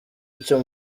icyo